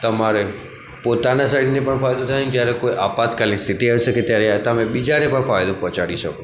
તમારે પોતાના સાઈડની પણ ફાયદો થાય અને જયારે કોઈ આપાતકાલીન સ્થિતિ હશે કે ત્યારે તમે બીજાને પણ ફાયદો પહોંચાડી શકો